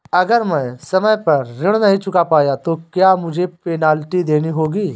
अगर मैं समय पर ऋण नहीं चुका पाया तो क्या मुझे पेनल्टी देनी होगी?